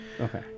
Okay